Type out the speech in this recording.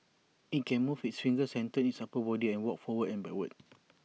IT can move its fingers and turn its upper body and walk forward and backward